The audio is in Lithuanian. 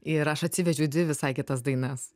ir aš atsivežiau dvi visai kitas dainas